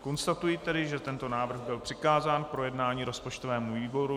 Konstatuji, že tento návrh byl přikázán k projednání rozpočtovému výboru.